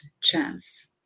chance